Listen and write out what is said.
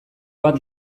bat